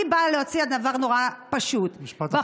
אני באה להציע דבר נורא פשוט, משפט אחרון.